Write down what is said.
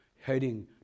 heading